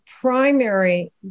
primary